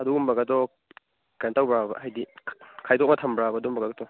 ꯑꯗꯨꯒꯨꯝꯕꯀꯗꯣ ꯀꯩꯅꯣ ꯇꯧꯕ꯭ꯔꯕ ꯍꯥꯏꯗꯤ ꯈꯥꯏꯗꯣꯛꯅ ꯊꯝꯕ꯭ꯔꯥꯕ ꯑꯗꯨꯝꯕꯀꯥꯗꯣ